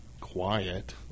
quiet